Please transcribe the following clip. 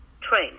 Train